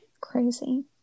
Crazy